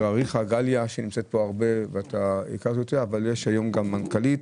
אריכא שנמצאת כאן הרבה אבל יש היום מנכ"לית,